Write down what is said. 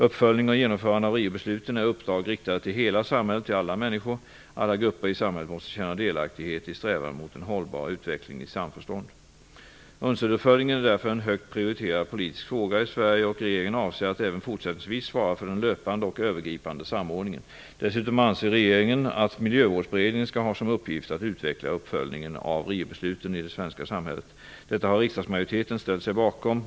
Uppföljning och genomförandet av Riobesluten är uppdrag riktade till hela samhället och till alla människor. Alla grupper i samhället måste känna delaktighet i strävan mot en hållbar utveckling, i samförstånd. UNCED-uppföljningen är därför en högt prioriterad politisk fråga i Sverige, och regeringen avser att även fortsättningsvis svara för den löpande och övergripande samordningen. Dessutom anser regeringen att Miljövårdsberedningen skall ha som uppgift att utveckla uppföljningen av Riobesluten i det svenska samhället. Detta har riksdagsmajoriteten ställt sig bakom.